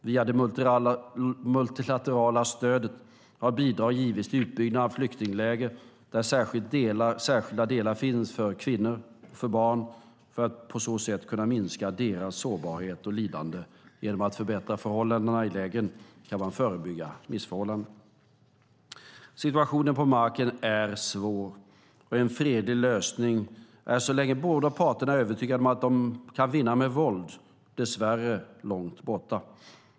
Via det multilaterala stödet har bidrag givits till utbyggnad av flyktingläger där särskilda delar finns för kvinnor och barn, för att på så sätt kunna minska deras sårbarhet och lidande. Genom att förbättra förhållandena i lägren kan man förebygga missförhållanden. Situationen på marken är svår, och en fredlig lösning är så länge båda parter är övertygade om att de kan vinna med våld dess värre långt borta.